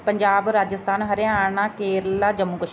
Punjab Rajasthan Haryana Kerala Jammu ਕਸ਼